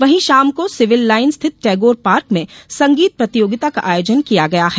वहीं शाम को सिविल लाइन स्थित टैगोर पार्क में संगीत प्रतियोगिता का आयोजन किया गया है